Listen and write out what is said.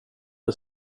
det